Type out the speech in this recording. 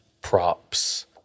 props